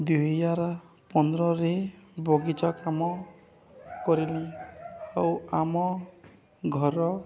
ଦୁଇହଜାର ପନ୍ଦରରେ ବଗିଚା କାମ କରିଲି ଆଉ ଆମ ଘର